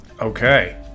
Okay